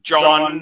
John